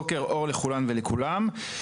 בוקר אור לכולן ולכולם.